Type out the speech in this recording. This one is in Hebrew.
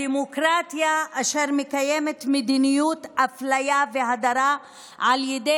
הדמוקרטיה אשר מקיימת מדיניות אפליה והדרה על ידי